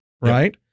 right